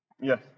Yes